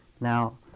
Now